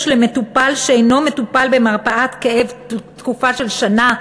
למטופל שאינו מטופל במרפאת כאב תקופה של שנה לפחות,